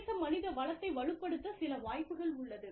சர்வதேச மனிதவளத்தை வலுப்படுத்த சில வாய்ப்புகள் உள்ளது